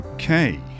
Okay